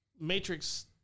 Matrix